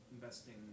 investing